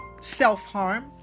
self-harm